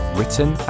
Written